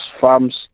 farms